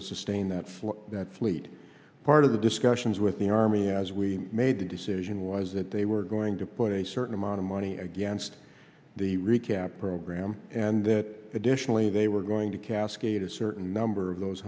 to sustain that for that fleet part of the discussions with the army as we made the decision was that they were going to put a certain amount of money against the recap program and that additionally they were going to cascade a certain number of those